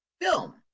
film